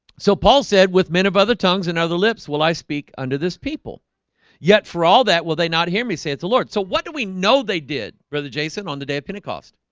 so paul said with men of other tongues and other lips will i speak under this people yet for all that? will they not hear me say it's the lord so what do we know they did brother jason on the day of pentecost?